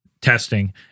testing